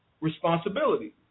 responsibility